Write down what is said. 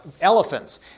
elephants